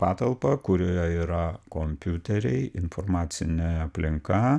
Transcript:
patalpą kurioje yra kompiuteriai informacinė aplinka